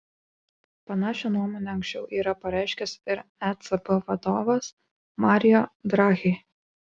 panašią nuomonę anksčiau yra pareiškęs ir ecb vadovas mario draghi